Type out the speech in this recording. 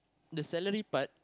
the salary part